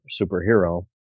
superhero